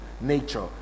nature